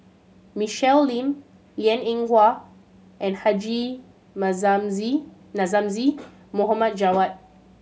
Michelle Lim Liang Eng Hwa and Haji Namazie Mohd Javad